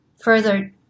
further